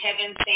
Kevin